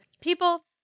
people